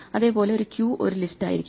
അതേ പോലെ ഒരു ക്യൂ ഒരു ലിസ്റ്റ് ആയിരിക്കാം